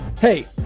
Hey